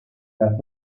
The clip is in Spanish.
las